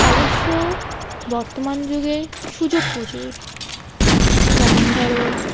অবশ্য বর্তমান যুগে সুযোগ প্রচুর যেমন ধরো